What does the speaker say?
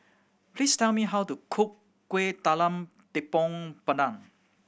please tell me how to cook Kuih Talam Tepong Pandan